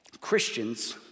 Christians